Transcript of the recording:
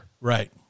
Right